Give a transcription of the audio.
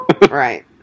right